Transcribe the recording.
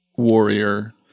warrior